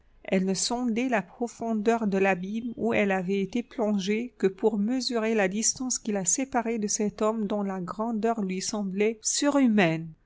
elle ne sondait la profondeur de l'abîme où elle avait été plongée que pour mesurer la distance qui la séparait de cet homme dont la grandeur lui semblait surhumaine